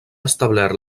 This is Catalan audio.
establert